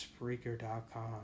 Spreaker.com